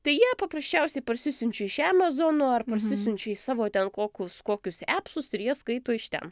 tai jie paprasčiausiai parsisiunčia iš emazono ar parsisiunčia iš savo ten kokus kokius epsus ir jie skaito iš ten